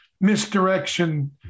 misdirection